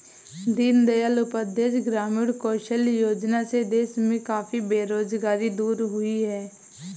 दीन दयाल उपाध्याय ग्रामीण कौशल्य योजना से देश में काफी बेरोजगारी दूर हुई है